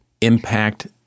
impact